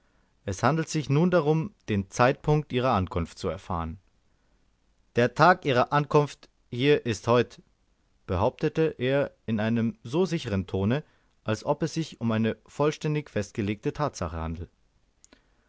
es handelt sich nun darum den zeitpunkt ihrer ankunft zu erfahren der tag ihrer ankunft hier ist heut behauptete er in einem so sichern tone als ob es sich um eine vollständig festgestellte tatsache handle